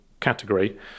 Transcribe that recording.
category